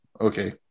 Okay